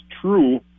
true